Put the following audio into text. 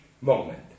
moment